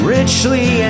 Richly